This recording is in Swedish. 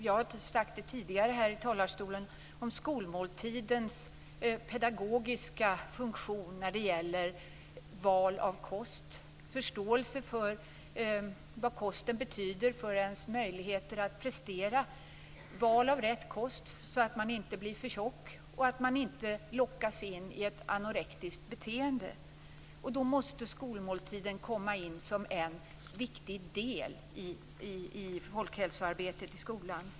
Jag har tidigare här i talarstolen talat om skolmåltidens pedagogiska funktion i fråga om val av kost, förståelse för vad kosten betyder för ens möjligheter att prestera. Man skall kunna välja rätt kost så att man inte blir för tjock och inte lockas in i ett anorektiskt beteende. Därför måste skolmåltiden komma in som en viktig del av folkhälsoarbetet i skolan.